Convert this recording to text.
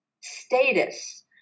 status